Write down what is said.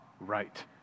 right